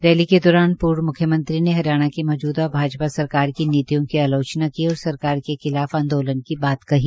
rally के दौरान पुर्वमुख्यमंत्री ने हरियाणा की मौजुदा भाजपा सरकार की नीतियों की आलोचना की और सरकार के खिलाफ आंदोलन की बात कही